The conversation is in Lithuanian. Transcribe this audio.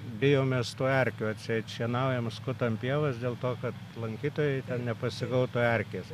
bijom mes tų erkių atseit šienaujam skutam pievas dėl to kad lankytojai ten nepasigautų erkės